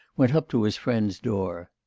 went up to his friend's door.